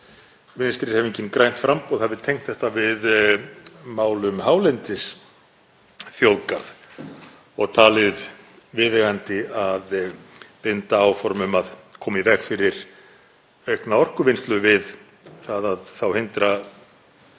Vinstrihreyfingin – grænt framboð hafi tengt þetta við mál um hálendisþjóðgarð og talið viðeigandi að binda áform um að koma í veg fyrir aukna orkuvinnslu við það að hindra